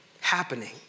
happening